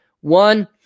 One